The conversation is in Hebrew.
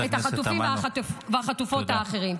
את החטופים והחטופות האחרים.